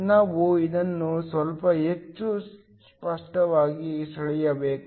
ನಾವು ಇದನ್ನು ಸ್ವಲ್ಪ ಹೆಚ್ಚು ಸ್ಪಷ್ಟವಾಗಿ ಸೆಳೆಯಬೇಕು